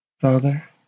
Father